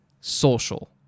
social